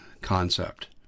concept